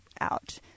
out